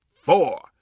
four